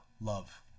Love